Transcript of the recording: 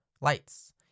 lights